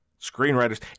screenwriters